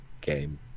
game